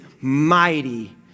mighty